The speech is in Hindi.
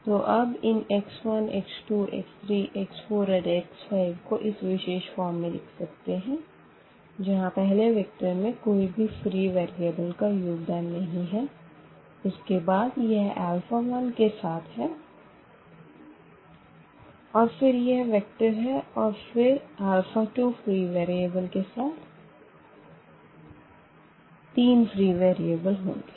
तो अब इन x 1 x 2 x 3 x 4 और x 5 को इस विशेष फॉर्म में लिख सकते है जहाँ पहले वेक्टर में कोई भी फ़्री वेरीअबल का योगदान नही है उसके बाद यह अल्फ़ा 1 के साथ है और फिर यह वेक्टर है और फिर अल्फ़ा 2 फ़्री वेरीअबल के साथ तीन फ़्री वेरीअबल होंगे